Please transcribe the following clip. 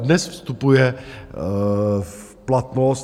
Dnes vstupuje v platnost.